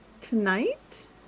tonight